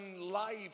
life